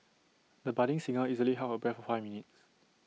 the budding singer easily held her breath for five minutes